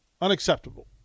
Unacceptable